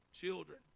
children